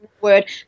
word